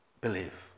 believe